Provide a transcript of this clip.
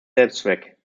selbstzweck